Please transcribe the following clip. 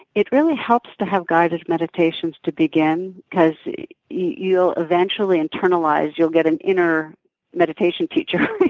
it really helps to have guided meditations to begin because you'll eventually internalize you'll get an inner meditation teacher.